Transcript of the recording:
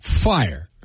fire